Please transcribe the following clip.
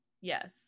Yes